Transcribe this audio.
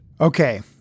Okay